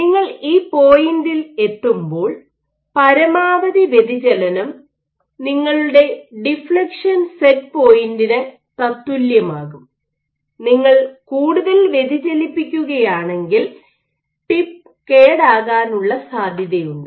നിങ്ങൾ ഈ പോയിന്റിൽ എത്തുമ്പോൾ പരമാവധി വ്യതിചലനം നിങ്ങളുടെ ഡിഫ്ലക്ഷൻ സെറ്റ് പോയിന്റിന് തത്തുല്യമാകും നിങ്ങൾ കൂടുതൽ വ്യതിചലിപ്പിക്കുകയാണെങ്കിൽ ടിപ്പ് കേടാകാനുള്ള സാധ്യതയുണ്ട്